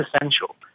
essential